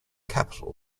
capital